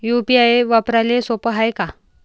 UPI वापराले सोप हाय का?